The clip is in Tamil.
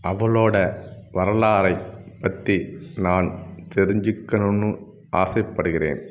அவளோடய வரலாறை பற்றி நான் தெரிஞ்சுக்கணும்னு ஆசைப்படுகிறேன்